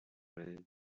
man